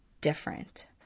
different